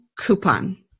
coupon